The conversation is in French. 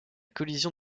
collision